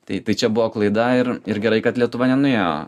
tai tai čia buvo klaida ir ir gerai kad lietuva nenuėjo